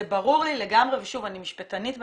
זה ברור לי לגמרי, ושוב אני משפטנית בהשכלתי.